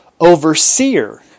overseer